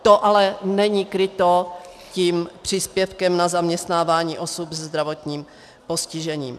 To ale není kryto příspěvkem na zaměstnávání osob se zdravotním postižením.